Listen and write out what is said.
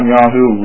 Yahoo